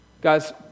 Guys